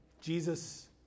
Jesus